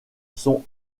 sont